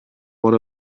what